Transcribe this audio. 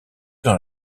dans